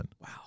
Wow